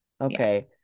Okay